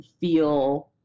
feel